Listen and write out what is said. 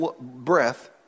breath